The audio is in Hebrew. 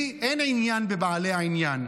לי אין עניין בבעלי העניין,